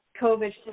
COVID